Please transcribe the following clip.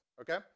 Okay